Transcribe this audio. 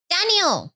Daniel